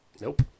Nope